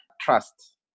trust